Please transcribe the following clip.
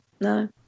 No